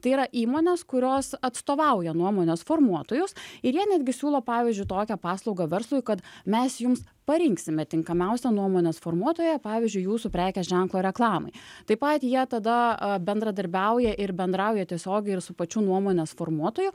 tai yra įmonės kurios atstovauja nuomonės formuotojus ir jie netgi siūlo pavyzdžiui tokią paslaugą verslui kad mes jums parinksime tinkamiausią nuomonės formuotoją pavyzdžiui jūsų prekės ženklo reklamai taip pat jie tada bendradarbiauja ir bendrauja tiesiogiai ir su pačiu nuomonės formuotoj